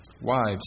Wives